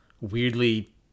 weirdly